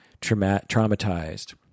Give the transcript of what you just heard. traumatized